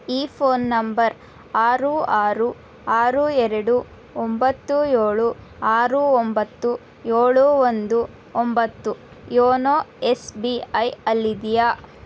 ಈ phone number ಆರು ಆರು ಆರು ಎರಡು ಒಂಬತ್ತು ಏಳು ಆರು ಒಂಬತ್ತು ಏಳು ಒಂದು ಒಂಬತ್ತು ಯೋನೋ ಎಸ್ ಬಿ ಐ ಅಲ್ಲಿದೆಯಾ